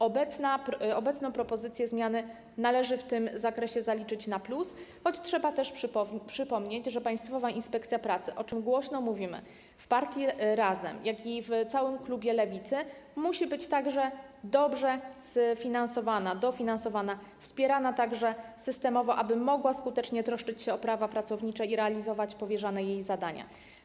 Obecną propozycję zmiany należy w tym zakresie zaliczyć na plus, choć trzeba też przypomnieć, że Państwowa Inspekcja Pracy, o czym głośno mówimy w partii Razem, jak również w całym klubie Lewicy, musi być także dobrze sfinansowana, dofinansowana, wspierana też systemowo, aby mogła skutecznie troszczyć się o prawa pracownicze i realizować powierzone jej zadania.